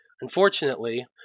Unfortunately